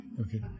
Okay